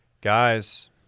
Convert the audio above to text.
guys